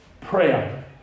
prayer